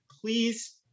please